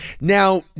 Now